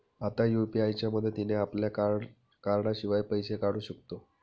आता यु.पी.आय च्या मदतीने आपल्या कार्डाशिवाय पैसे काढू शकतो